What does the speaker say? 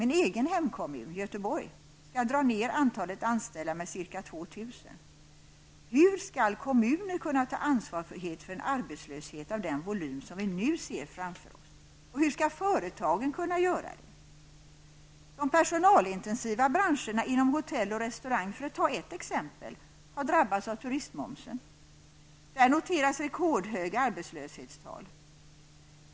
Min egen hemkommun, Göteborg, skall dra ner antalet anställda med ca 2 000. Hur skall kommunen kunna ta ansvar för en arbetslöshet av den volym som vi nu ser framför oss? Och hur skall företagen kunna göra det? De personalintensiva företagen inom hotell och restaurangbranschen, för att ta ett exempel, har drabbats av turistmomsen. Där noteras rekordhöga arbetslöshetstal.